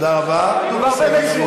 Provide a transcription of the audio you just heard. הוא כבר קרא לחרם.